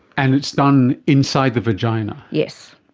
and it's done inside the vagina. yes.